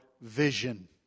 vision